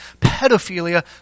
pedophilia